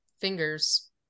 fingers